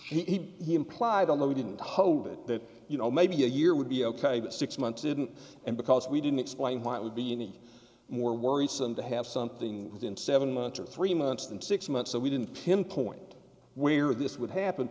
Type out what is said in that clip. year he implied on that we didn't hold that you know maybe a year would be ok but six months didn't and because we didn't explain why it would be any more worrisome to have something within seven months or three months than six months so we didn't pinpoint where this would happen